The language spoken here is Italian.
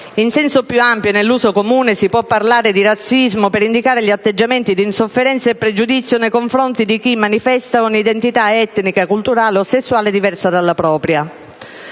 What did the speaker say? In senso più ampio e nell'uso comune, si può parlare di razzismo per indicare gli atteggiamenti di insofferenza e pregiudizio nei confronti di chi manifesta un'identità etnica, culturale o sessuale diversa dalla propria.